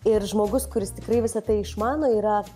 ir žmogus kuris tikrai visa tai išmano yra